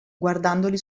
guardandoli